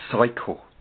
cycle